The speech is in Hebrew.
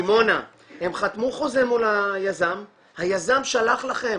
דימונה, הם חתמו חוזה מול היזם, היזם שלח לכם